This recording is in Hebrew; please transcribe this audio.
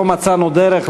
לא מצאנו דרך,